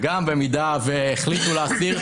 ובמידה והחליטו להסיר,